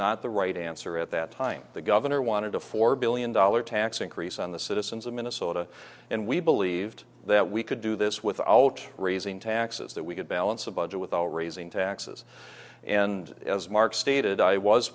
not the right answer at that time the governor wanted a four billion dollars tax increase on the citizens of minnesota and we believed that we could do this without raising taxes that we could balance a budget without raising taxes and as mark stated i was